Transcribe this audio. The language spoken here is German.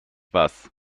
was